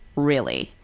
really.